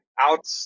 out